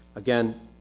again,